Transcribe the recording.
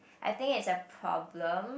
I think it's a problem